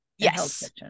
Yes